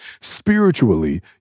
spiritually